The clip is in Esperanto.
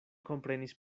komprenis